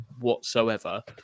whatsoever